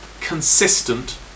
consistent